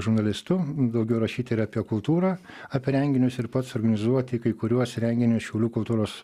žurnalistu daugiau rašyt ir apie kultūrą apie renginius ir pats organizuoti kai kuriuos renginius šiaulių kultūros